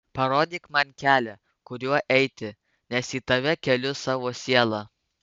parodyk man kelią kuriuo eiti nes į tave keliu savo sielą